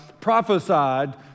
prophesied